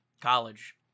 college